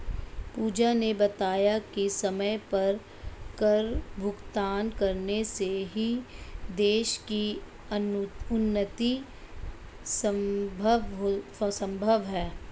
पूजा ने बताया कि समय पर कर भुगतान करने से ही देश की उन्नति संभव है